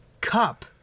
cup